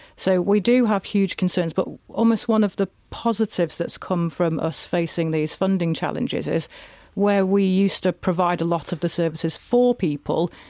so, we do have huge concerns but almost one of the positives that's come from us facing these funding challenges is where we used to provide a lot of the services for people,